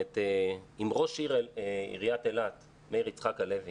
אם ראש עיריית אילת, מאיר יצחק הלוי,